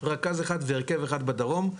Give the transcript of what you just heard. רכז אחד והרכב בדרום.